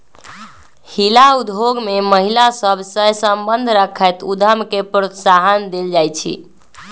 हिला उद्योग में महिला सभ सए संबंध रखैत उद्यम के प्रोत्साहन देल जाइ छइ